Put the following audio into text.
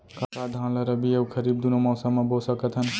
का धान ला रबि अऊ खरीफ दूनो मौसम मा बो सकत हन?